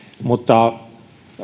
mutta